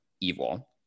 evil